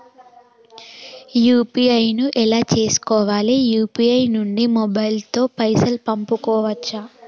UPI ను ఎలా చేస్కోవాలి యూ.పీ.ఐ నుండి మొబైల్ తో పైసల్ పంపుకోవచ్చా?